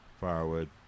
firewood